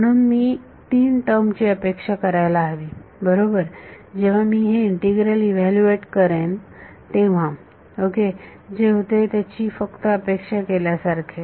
म्हणून मी तीन टर्म ची अपेक्षा करायला हवी बरोबर जेव्हा मी हे इंटीग्रल इव्हॅल्यूएट करेन तेव्हा ओके जे होते त्याची फक्त अपेक्षा केल्यासारखे